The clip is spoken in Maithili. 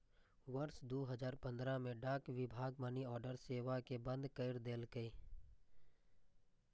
वर्ष दू हजार पंद्रह मे डाक विभाग मनीऑर्डर सेवा कें बंद कैर देलकै